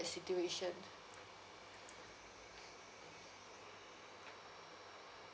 situation